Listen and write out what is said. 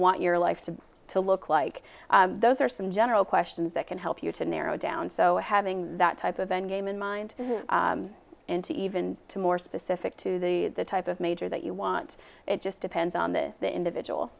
want your life to to look like those are some general questions that can help you to narrow down so having that type of endgame in mind and to even more specific to the type of major that you want it just depends on the individual